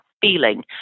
feeling